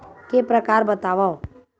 के प्रकार बतावव?